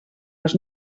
les